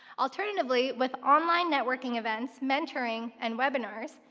alternatively, with online networking events, mentoring, and webinars,